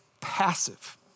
passive